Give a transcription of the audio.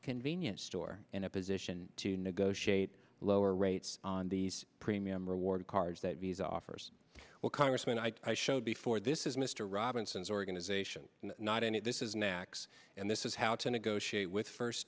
convenience store in a position to negotiate a lower rate it's on these premium reward cards that visa offers will congressman i i showed before this is mr robinson's organization not any this is next and this is how to negotiate with first